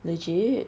legit